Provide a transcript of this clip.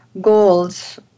goals